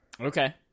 Okay